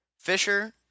Fisher